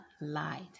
light